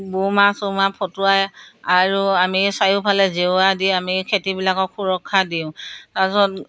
বোমা চোমা ফুটুৱাই আৰু আমি চাৰিওফালে জেওৰা দি আমি খেতিবিলাকক সুৰক্ষা দিওঁ তাৰ পিছত